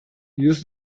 use